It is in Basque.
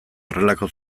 horrelako